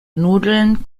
nudeln